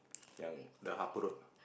yang the Harper road